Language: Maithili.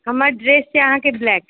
हमर ड्रेस छै अहाँके ब्लैक